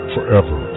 Forever